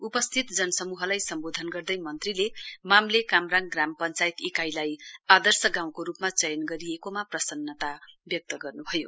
उपस्थित जनसमूहलाई सम्बोधन गर्दै मन्त्रीले मामले कामराङ ग्राम पञ्चायत इकाइलाई आदर्श गाउँको रूपमा चयन गरिएकोमा प्रसन्नता व्यक्त गर्न्भयो